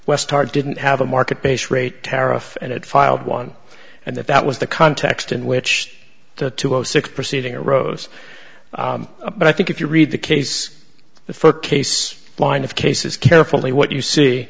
west part didn't have a market based rate tariff and it filed one and that that was the context in which the two zero six proceeding a rose but i think if you read the case for case line of cases carefully what you see